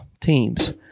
teams